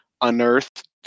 unearthed